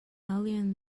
earlier